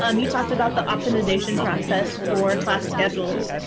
um you talked about the optimization process for class schedules.